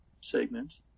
segments